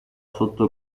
sotto